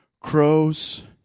crows